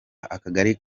akagari